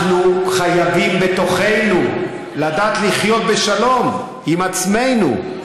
אנחנו חייבים בתוכנו לדעת לחיות בשלום עם עצמנו.